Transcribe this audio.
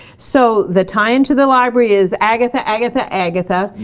so the tie-in to the library is agatha, agatha, agatha.